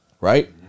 right